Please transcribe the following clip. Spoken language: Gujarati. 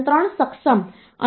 75 માં 2 જે તેને 1